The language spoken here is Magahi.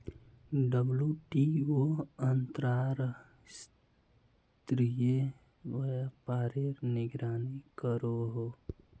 डब्लूटीओ अंतर्राश्त्रिये व्यापारेर निगरानी करोहो